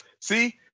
See